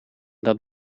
dat